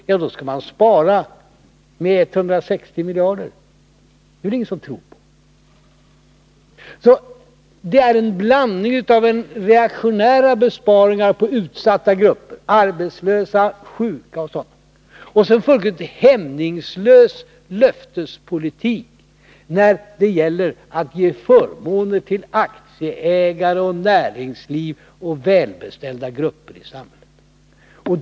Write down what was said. För det skall man spara 160 miljarder. Men sådana resultat är det ju ingen som tror Det här är alltså en blandning av reaktionära besparingar som drabbar utsatta grupper som arbetslösa, sjuka och andra och en fullkomligt hämningslös löftespolitik när det gäller att ge förmåner till aktieägare, näringsliv och välbeställda grupper i samhället.